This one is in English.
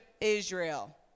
Israel